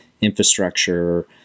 infrastructure